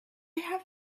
have